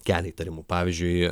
kelia įtarimų pavyzdžiui